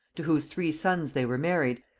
to whose three sons they were married,